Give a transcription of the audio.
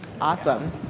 awesome